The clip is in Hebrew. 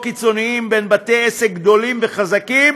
קיצוניים בין בתי עסק גדולים וחזקים